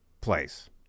place